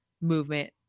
movement